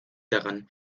daran